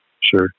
Sure